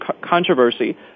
controversy